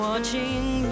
Watching